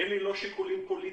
אין לי שיקולים פוליטיים,